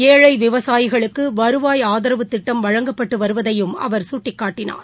ஏழைவிவசாயிகளுக்குவருவாய் ஆதரவுத் திட்ட்வ வழங்கப்பட்டுவருவதையும் அவர் சுட்டிக்காட்டினார்